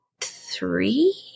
three